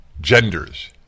genders